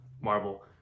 Marvel